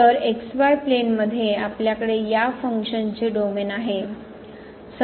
तर प्लेनमध्ये आपल्याकडे या फंक्शन चे डोमेन आहे